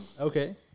Okay